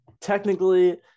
technically